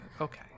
Okay